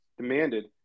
demanded